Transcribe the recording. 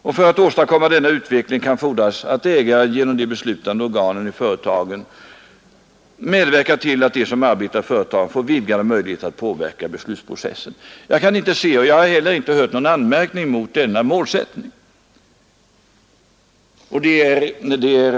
Och för att åstadkomma denna utveckling kan fordras att ägare genom de beslutande organen i företagen medverkar till att de som arbetar i företagen får vidgade möjligheter att påverka beslutsprocessen. Det är det arbetet som nu pågår, och jag har inte mött några anmärkningar mot den målsättningen.